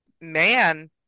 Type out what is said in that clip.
man